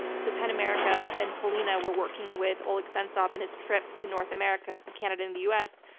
so pen america and polina were working with oleg sentsov in his trip to north america, canada, and the us.